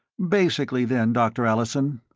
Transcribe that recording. basically, then, doctor allison,